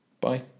Bye